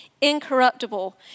incorruptible